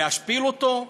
להשפיל אותו?